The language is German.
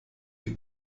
die